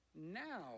now